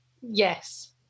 Yes